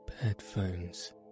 Headphones